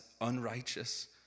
unrighteous